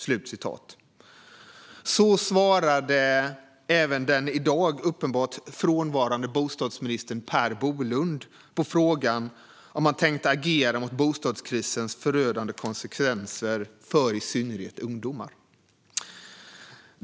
Så svarade den även i dag uppenbart frånvarande bostadsministern Per Bolund på frågan om han tänkte agera mot bostadskrisens förödande konsekvenser för i synnerhet ungdomar.